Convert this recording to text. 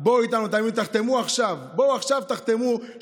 אנחנו בעד שיבואו יהודים,